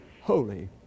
holy